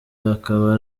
akaba